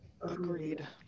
Agreed